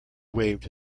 waved